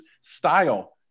style